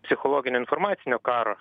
psichologinio informacinio karo